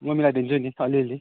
म मिलाइदिन्छु नि अलि अलि